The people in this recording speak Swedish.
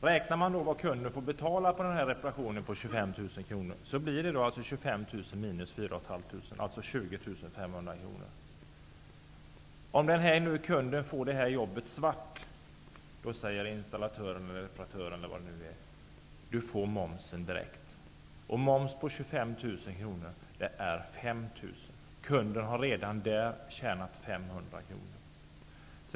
Räknar man vad kunden får betala för denna reparation på 25 000 kr, blir det 25 000 minus 4 500, dvs. 20 500 kr. Om nu kunden får jobbet gjort svart, säger installatören, reparatören eller vad det nu är: Du får momsen direkt. Moms på 25 000 kr är 5 000 kr. Kunden har redan där tjänat 500 kr.